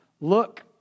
Look